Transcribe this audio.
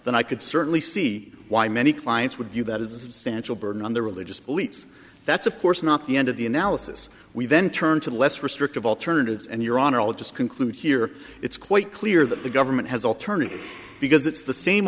then i could certainly see why many clients would view that as a substantial burden on their religious beliefs that's of course not the end of the analysis we then turn to the less restrictive alternatives and your honor all just conclude here it's quite clear that the government has alternatives because it's the same